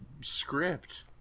script